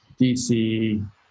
DC